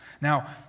Now